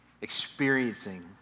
experiencing